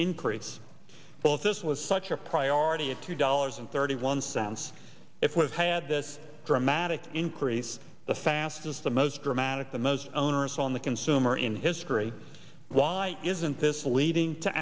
increase well if this was such a priority at two dollars and thirty one once it was had this dramatic increase the fastest the most dramatic the most onerous on the consumer in history why isn't this leading to